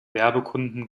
werbekunden